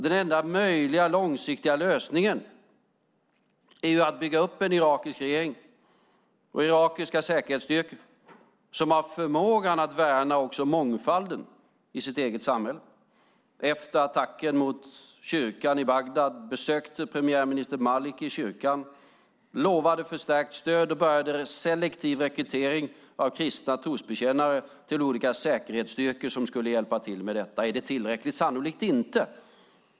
Den enda möjliga långsiktiga lösningen är att bygga upp en irakisk regering och irakiska säkerhetsstyrkor som har förmågan att värna också mångfalden i sitt eget samhälle. Efter attacken mot kyrkan i Bagdad besökte premiärminister Maliki kyrkan. Han lovade förstärkt stöd och började en selektiv rekrytering av kristna trosbekännare till olika säkerhetsstyrkor som skulle hjälpa till med detta. Är det tillräckligt? Sannolikt inte.